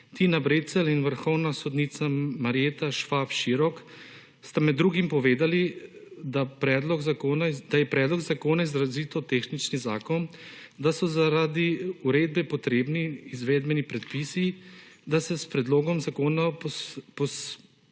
Tina Brecelj in vrhovna sodnica Marjeta Švab Širok sta med drugim povedali, da je predlog zakona izrazito tehnični zakon, da so zaradi uredbe potrebni izvedbeni predpisi, da se s predlogom zakona zasleduje